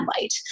light